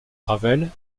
ravel